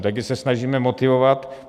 Tak my se je snažíme motivovat.